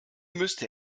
müsste